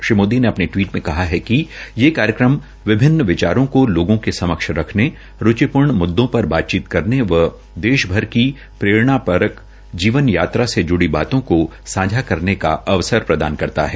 श्री मोदी ने अपने टवीट में कहा है कि ये कार्यक्रम विभिन्न विचारों को लोगों के समक्ष रखने रूचिपूर्ण मुद्दों पर बातचीत करने व देशभर की प्ररेणापरक जीवन यात्रा से जुड़ी बातों को सांझा करने का अवसर प्रदान करता है